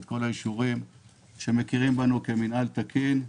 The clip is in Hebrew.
כל האישורים שמכירים בנו כמינהל תקין.